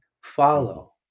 follow